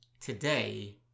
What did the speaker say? today